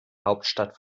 hauptstadt